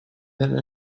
then